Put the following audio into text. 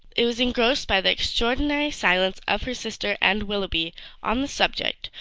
it was engrossed by the extraordinary silence of her sister and willoughby on the subject,